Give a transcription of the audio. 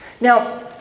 Now